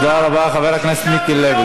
תודה רבה, חבר הכנסת מיקי לוי.